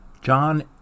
john